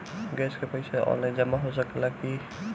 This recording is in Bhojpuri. गैस के पइसा ऑनलाइन जमा हो सकेला की?